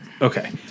Okay